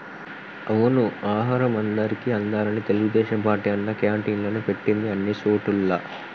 అవును ఆహారం అందరికి అందాలని తెలుగుదేశం పార్టీ అన్నా క్యాంటీన్లు పెట్టింది అన్ని సోటుల్లా